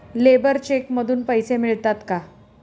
Labour cheque मधून पैसे मिळतात का?